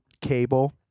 cable